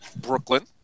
Brooklyn